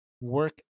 work